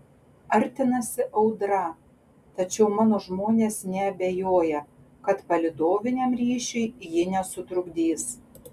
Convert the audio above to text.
artinasi audra tačiau mano žmonės neabejoja kad palydoviniam ryšiui ji nesutrukdys